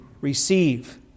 receive